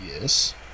yes